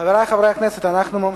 חברי חברי הכנסת, אנחנו ממשיכים.